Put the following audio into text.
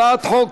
הצעת החוק